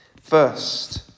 First